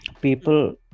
people